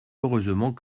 heureusement